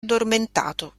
addormentato